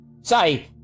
Say